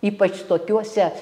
ypač tokiuose